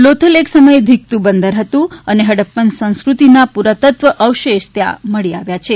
લોથલ એક સમયે ધીકતું બંદર હતું અને હડપપન સંસ્ક્રૃતિના પુરાતત્વ અવશેષ ત્યાં મળી આવ્યા છે